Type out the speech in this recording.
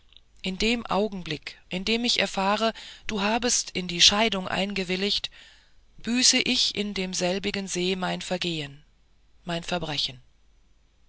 in dem augenblick in dem ich erfahre du habest in die scheidung gewilligt büße ich in demselbigen see mein vergehen mein verbrechen